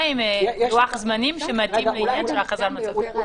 עם לוח זמנים שמתאים לביטול של הכרזה על מצב חירום.